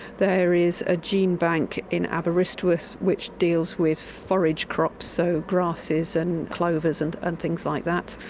there is a gene bank in aberystwyth which deals with forage crops, so grasses and clovers and and things like that.